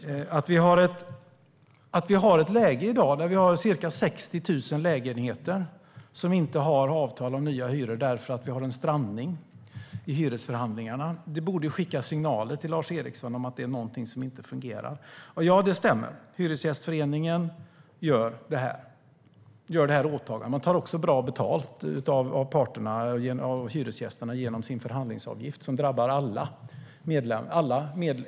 Herr talman! Det är glädjande att Lars Eriksson finner mitt anförande spännande. Det tyder på att han har lyssnat på det. Läget i dag är att det för 60 000 lägenheter inte finns avtal om nya hyror därför att förhandlingarna har strandat. Det borde skicka signaler till Lars Eriksson om att någonting inte fungerar. Det stämmer att Hyresgästföreningen har åtagandet. Man tar också bra betalt av hyresgästerna genom förhandlingsavgiften. Den drabbar alla.